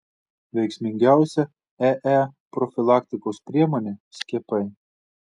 veiksmingiausia ee profilaktikos priemonė skiepai